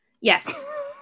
yes